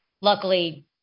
Luckily